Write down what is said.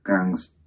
gangs